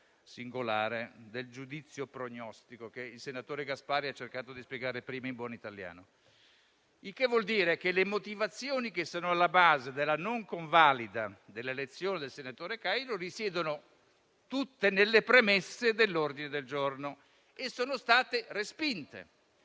singolare del giudizio prognostico che il senatore Gasparri ha cercato di spiegare prima in buon italiano. Questo vuol dire che le motivazioni che sono alla base della non convalida dell'elezione del senatore Cario risiedono tutte nelle premesse dell'ordine del giorno e sono state respinte.